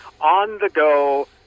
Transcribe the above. on-the-go